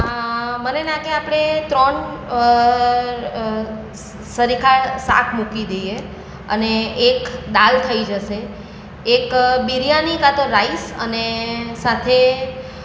આ મને લાગે આપણે ત્રણ સરખા શાક મૂકી દઈએ અને એક દાળ થઈ જશે એક બિરયાની કાં તો રાઈસ અને સાથે